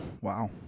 Wow